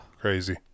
Crazy